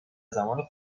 زمان